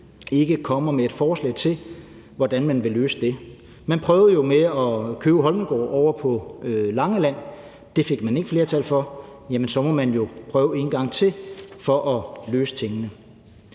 ikke kommer med et forslag til, hvordan man løser det. Man prøvede jo med at købe Holmegaard ovre på Langeland. Det fik man ikke flertal for, men så må man jo prøve en gang til for at løse tingene.